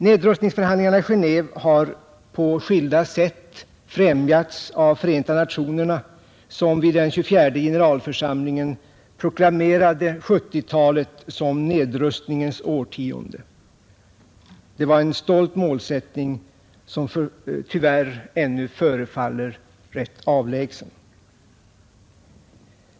Nedrustningsförhandlingarna i Genéve har på skilda sätt främjats av Förenta nationerna, som vid den 24:e generalförsamlingen proklamerade 1970-talet som nedrustningens årtionde. Det var en stolt målsättning som tyvärr ännu förefaller rätt avlägsen.